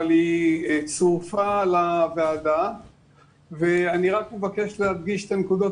היא צורפה לוועדה ואני רק מבקש להדגיש את הנקודות